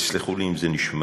ותסלחו לי אם זה נשמע